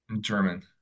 German